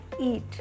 eat